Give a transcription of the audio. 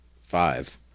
Five